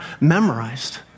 memorized